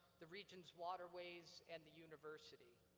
the region's waterways, and the university.